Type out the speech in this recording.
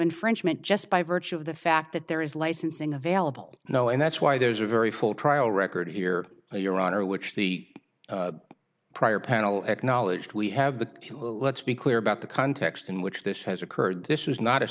infringement just by virtue of the fact that there is licensing available no and that's why there's a very full trial record here and your honor which the prior panel acknowledged we have the let's be clear about the context in which this has occurred this was not a